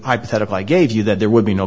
hypothetical i gave you that there would be no